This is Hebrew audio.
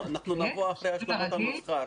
אתה צודק --- אנחנו נבוא אחרי השלמת הנוסחה,